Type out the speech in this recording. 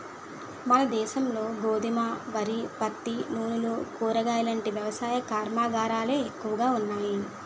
మనదేశంలో గోధుమ, వరి, పత్తి, నూనెలు, కూరగాయలాంటి వ్యవసాయ కర్మాగారాలే ఎక్కువగా ఉన్నాయి